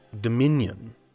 dominion